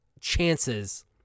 chances